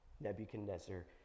Nebuchadnezzar